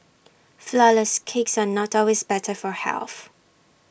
Flourless Cakes are not always better for health